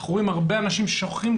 אנחנו רואים הרבה אנשים ששוכחים.